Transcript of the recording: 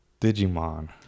Digimon